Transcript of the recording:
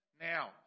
Now